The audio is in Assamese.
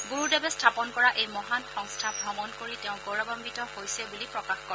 গুৰুদেৱে স্থাপন কৰা এই মহান সংস্থা ভ্ৰমণ কৰি তেওঁ গৌৰৱাঘিত হৈছে বুলি প্ৰকাশ কৰে